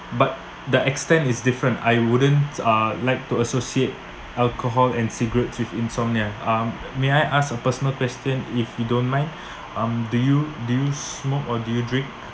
but the extent is different I wouldn't uh like to associate alcohol and cigarettes with insomnia um may I ask a personal question if you don't mind um do you do you smoke or do you drink